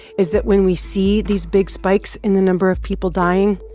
is that when we see these big spikes in the number of people dying,